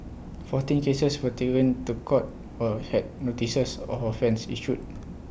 fourteen cases were taken to court or had notices of offence issued